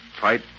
Fight